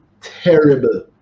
terrible